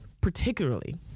particularly